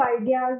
ideas